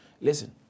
Listen